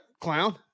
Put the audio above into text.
clown